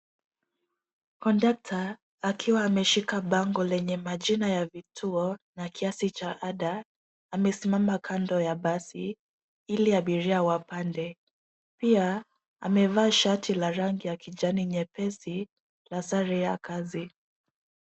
Kondakta, akiwa ameshika bango lenye majina ya vituo na kiasi cha ada, amesimama kando ya basi ili abiria wapande. Pia, amevaa shati la rangi ya kijani nyepesi na sare ya kazi.